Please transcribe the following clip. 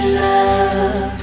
love